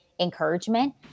encouragement